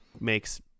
makes